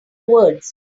words